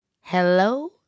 hello